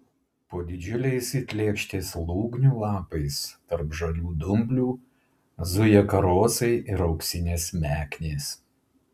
po didžiuliais it lėkštės lūgnių lapais tarp žalių dumblių zuja karosai ir auksinės meknės